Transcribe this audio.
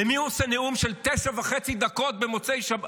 למי הוא עושה נאום של תשע וחצי דקות במוצאי שבת,